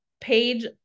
page